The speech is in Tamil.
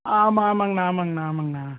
ஆ ஆமாம் ஆமாங்கண்ணா ஆமாங்கண்ணா ஆமாங்கண்ணா